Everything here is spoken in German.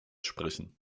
sprechen